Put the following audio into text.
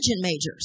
majors